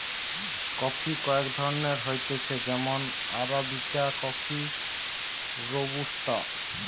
coffee কয়েক ধরণের হতিছে যেমন আরাবিকা কফি, রোবুস্তা